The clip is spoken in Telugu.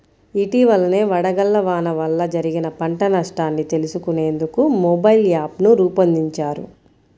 ఇటీవలనే వడగళ్ల వాన వల్ల జరిగిన పంట నష్టాన్ని తెలుసుకునేందుకు మొబైల్ యాప్ను రూపొందించారు